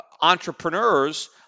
entrepreneurs